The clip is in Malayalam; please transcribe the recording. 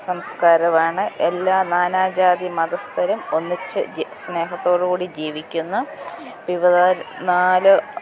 സംസ്കാരമാണ് എല്ലാ നാനാജാതി മതസ്ഥരും ഒന്നിച്ച് ജ സ്നേഹത്തോടു കൂടി ജീവിക്കുന്നു വിവിധ നാല്